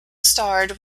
starred